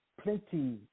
plenty